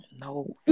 No